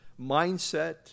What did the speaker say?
mindset